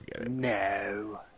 No